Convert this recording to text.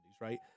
right